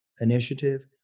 initiative